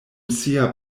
sia